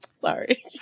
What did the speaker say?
sorry